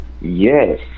Yes